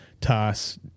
toss